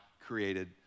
created